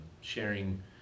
sharing